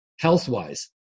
health-wise